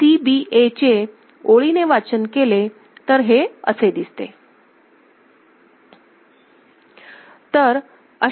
C B A चे ओळीने वाचन केले तर हे असे दिसते